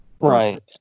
Right